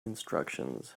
instructions